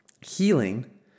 healing